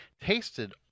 tasted